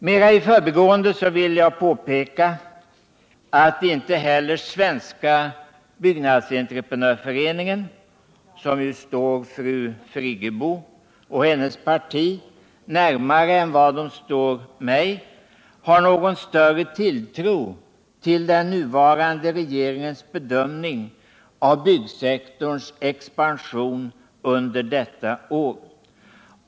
Mera i förbigående vill jag påpeka att inte heller Svenska byggnadsentreprenörföreningen, som ju står fru Friggebo och hennes parti närmare än vad den står mig, har någon större tilltro till den nuvarande regeringens bedömning av byggsektorns expansion under detta år.